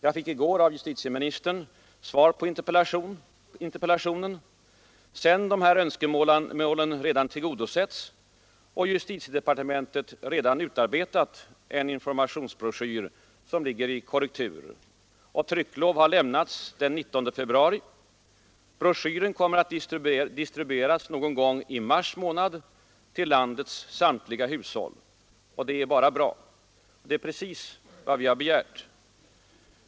Jag fick i går av justitieministern svar på interpellationen, sedan mina önskemål redan tillgodosetts och justitiedepartementet utarbetat en informationsbroschyr, som föreligger i korrektur. Trycklov har lämnats den 19 februari, och broschyren kommer att distribueras någon gång i mars månad till landets samtliga hushåll. Detta är bara bra. Det är precis vad vi har begärt.